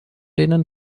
denen